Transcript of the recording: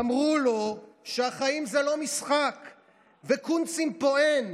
"אמרו לו שהחיים זה לא משחק / וקונצים פה אין.